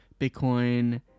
bitcoin